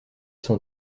sont